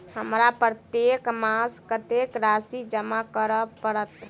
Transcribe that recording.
हमरा प्रत्येक मास कत्तेक राशि जमा करऽ पड़त?